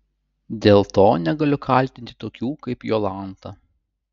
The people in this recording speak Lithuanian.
dėl to negaliu kaltinti tokių kaip jolanta